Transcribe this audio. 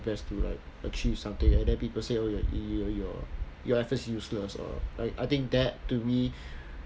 best to like achieve something and then people say oh your your your your effort is useless or I I think that to me